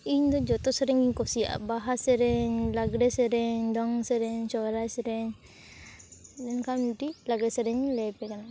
ᱤᱧ ᱫᱚ ᱡᱚᱛᱚ ᱥᱮᱨᱮᱧᱜᱤᱧ ᱠᱩᱥᱤᱭᱟᱜᱼᱟ ᱵᱟᱦᱟ ᱥᱮᱨᱮᱧ ᱞᱟᱜᱽᱲᱮ ᱥᱮᱨᱮᱧ ᱫᱚᱝ ᱥᱮᱨᱮᱧ ᱥᱚᱨᱦᱟᱭ ᱥᱮᱨᱮᱧ ᱢᱮᱱᱠᱷᱟᱱ ᱢᱤᱫᱴᱤᱡ ᱞᱟᱜᱽᱲᱮ ᱥᱮᱨᱮᱧᱤᱧ ᱞᱟᱹᱭᱟᱯᱮ ᱠᱟᱱᱟ